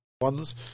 ones